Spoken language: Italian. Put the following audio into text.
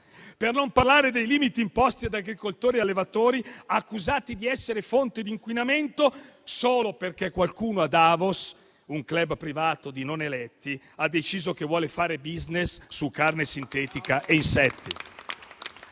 Per non parlare dei limiti imposti ad agricoltori e allevatori, accusati di essere fonte di inquinamento solo perché qualcuno a Davos, un *club* privato di non eletti, ha deciso che vuole fare *business* su carne sintetica e insetti.